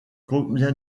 combien